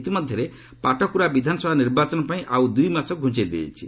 ଇତିମଧ୍ୟରେ ପାଟକୁରା ବିଧାନସଭା ନିର୍ବାଚନ ପାଇଁ ଆଉ ଦୁଇମାସ ଘୁଞ୍ଚାଇ ଦିଆଯାଇଛି